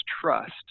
trust